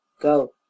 go